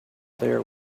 there